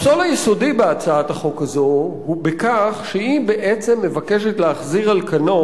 הפסול היסודי בהצעת החוק הזאת הוא בכך שהיא בעצם מבקשת להחזיר על כנו